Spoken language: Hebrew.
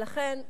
ולכן,